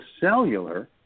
cellular